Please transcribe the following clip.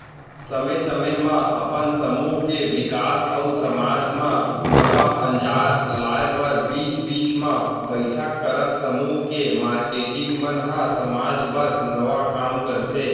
समे समे म अपन समूह के बिकास अउ समाज म नवा अंजार लाए बर बीच बीच म बइठक करत समूह के मारकेटिंग मन ह समाज बर नवा काम करथे